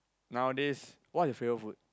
nowadays what's your favourite food